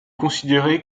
considéré